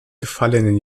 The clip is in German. gefallenen